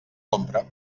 compra